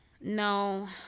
no